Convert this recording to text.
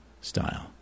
style